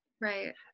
Right